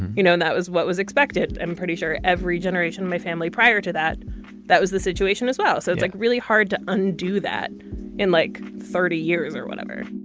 you know that was what was expected. i'm pretty sure every generation in my family prior to that that was the situation as well so it's like really hard to undo that in like thirty years or whenever